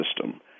system